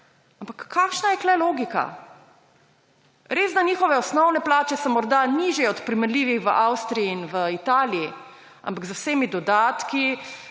ampak kakšna je tu logika? Res, da njihove osnovne plače so morda nižje od primerljivih v Avstriji in v Italiji, ampak z vsemi dodatki,